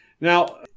Now